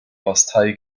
bastei